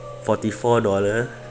forty four dollar